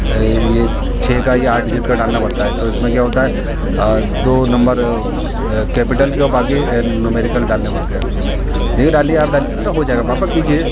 یہ چھ کا یا آٹھ ڈیجٹ کا ڈالنا پڑتا ہے تو اس میں کیا ہوتا ہے دو نمبر کیپٹل کے اور باقی نومیرکل ڈالنے پڑتے ہیں ٹھیک ہے نہیں ڈالیے آپ ڈالیے ارے ہو جائے گا پاپا کیجیے